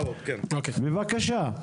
בבקשה.